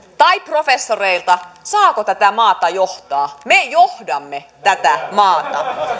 tai professoreilta saako tätä maata johtaa me johdamme tätä maata